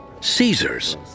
Caesar's